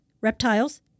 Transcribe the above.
reptiles